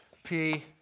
p,